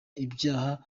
ibyaha